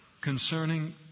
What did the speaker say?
concerning